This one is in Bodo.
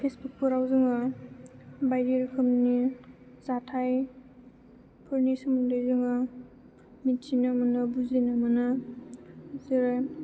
फेसबुकफोराव जोङो बायदि रोखोमनि जाथायफोरनि सोमोन्दै जोङो मिथिनो मोनो बुजिनो मोनो जेरै